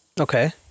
Okay